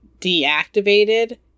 deactivated